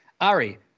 Ari